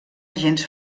gens